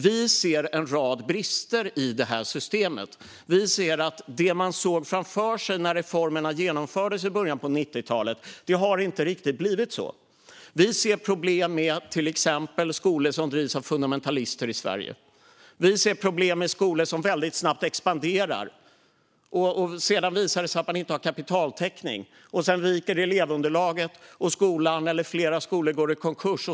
Vi ser en rad brister i det här systemet. Det man såg framför sig när reformerna genomfördes i början på 1990-talet har inte riktigt blivit verklighet. Vi ser problem med till exempel skolor som drivs av fundamentalister i Sverige. Vi ser problem med skolor som väldigt snabbt expanderar och sedan inte har kapitaltäckning. Då viker elevunderlaget, och en eller flera skolor går i konkurs.